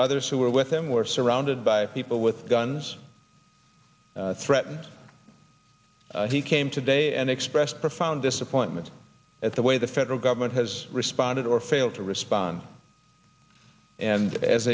others who were with him were surrounded by people with guns threatened he came today and expressed profound disappointment at the way the federal government has responded or failed to respond and as